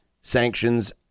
sanctions